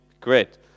Great